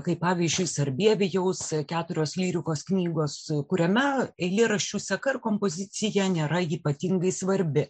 kaip pavyzdžiui sarbievijaus keturios lyrikos knygos kuriame eilėraščių seka ir kompozicija nėra ypatingai svarbi